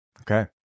Okay